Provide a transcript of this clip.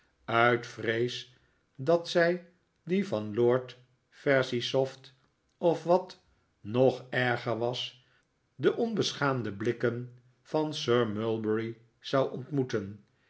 uit vrees dat zij die van lord verisopht of wat nog erger was de onbeschaamde blikken van sir mulberry zou ontmoeten